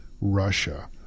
Russia